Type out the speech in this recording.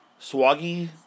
swaggy